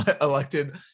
elected